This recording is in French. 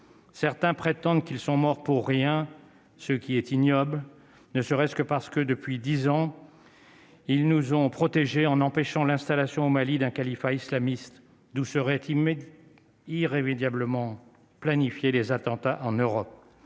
certains prétendent qu'ils sont morts pour rien, ce qui est ignoble, ne serait-ce que parce que depuis 10 ans. Ils nous ont protégés en empêchant l'installation au Mali d'un califat islamiste d'où seraient irrémédiablement planifié des attentats en Europe